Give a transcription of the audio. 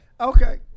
Okay